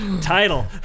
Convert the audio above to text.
Title